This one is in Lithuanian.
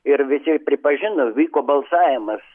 ir visi pripažino vyko balsavimas